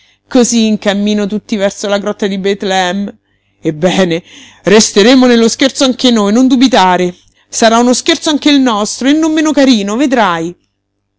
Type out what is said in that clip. cosí in cammino tutti verso la grotta di bethlehem ebbene resteremo nello scherzo anche noi non dubitare sarà uno scherzo anche il nostro e non meno carino vedrai